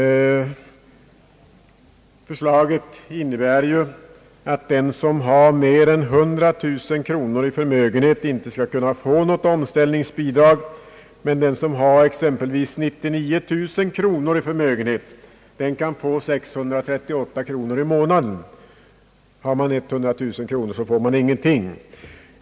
Förslaget innebär ju att den som har mer än 100000 kronor i förmögenhet inte skulle kunna få något omställningsbidrag, medan däremot den som har exempelvis 99000 kronor i förmögenhet kan få 638 kronor i månaden.